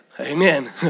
Amen